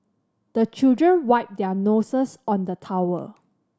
the children wipe their noses on the towel